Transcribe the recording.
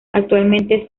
actualmente